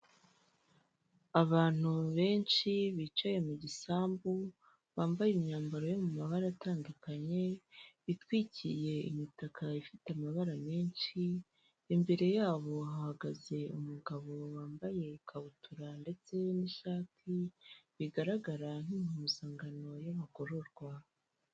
Abantu benshi bicaye mu gisambu bambaye imyambaro yo mu mabara atandukanye, bitwikiriye imitaka ifite amabara menshi, imbere yabo hagaze umugabo wambaye ikabutura ndetse n'ishati bigaragara nk'impuzangano y'abagororwa.